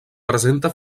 presenta